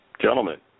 Gentlemen